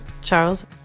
Charles